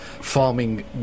Farming